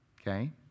Okay